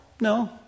No